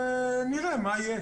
ונראה מה יהיה.